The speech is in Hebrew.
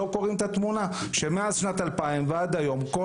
אנחנו לא קוראים את התמונה שמאז שנת 2000 ועד היום כל